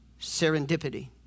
serendipity